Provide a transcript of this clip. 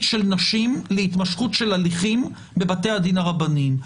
של נשים להתמשכות של הליכים בבתי הדין הרבניים.